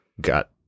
got